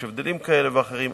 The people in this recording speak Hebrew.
יש הבדלים כאלה ואחרים,